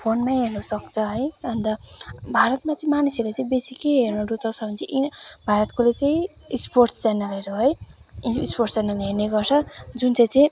फोनमै हेर्नु सक्छ है अन्त भारतमा चाहिँ मानिसहरूले चाहिँ बेसी के हेर्नु रुचाउँछ भने चाहिँ यी भारतकोले चाहिँ स्पोर्ट च्यानलहरू है स्पोर्ट च्यानल हेर्ने गर्छ जुन चाहिँ चाहिँ